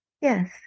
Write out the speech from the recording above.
Yes